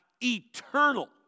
eternal